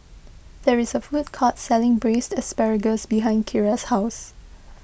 there is a food court selling Braised Asparagus behind Keira's house